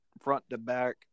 front-to-back